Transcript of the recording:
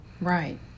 Right